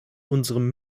unserem